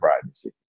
privacy